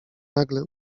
nagle